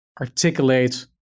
articulate